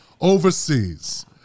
overseas